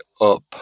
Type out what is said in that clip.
up